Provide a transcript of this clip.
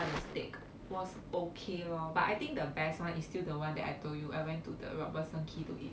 他的 steak 我是 okay lor I think the best one is still the one I told you I went to the robertson quay to eat